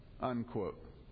unquote